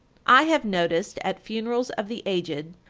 i have noticed at funerals of the aged,